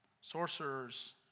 sorcerers